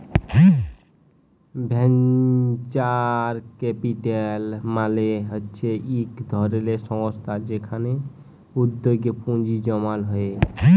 venture capital মালে হচ্যে ইক ধরলের সংস্থা যেখালে উদ্যগে পুঁজি জমাল হ্যয়ে